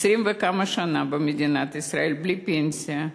20 וכמה שנים במדינת ישראל, בלי פנסיה.